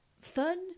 fun